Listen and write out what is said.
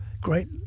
great